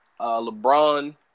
LeBron